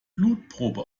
blutprobe